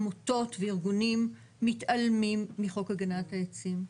עמותות וארגונים מתעלמים מחוק הגנת העצים.